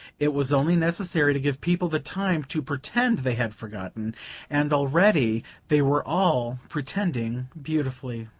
it was only necessary to give people the time to pretend they had forgotten and already they were all pretending beautifully.